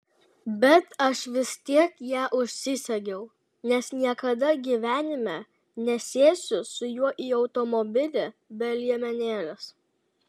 bet aš vis tiek ją užsisegiau nes niekada gyvenime nesėsiu su juo į automobilį be liemenėlės